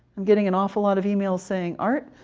i'm getting an awful lot of emails saying, art,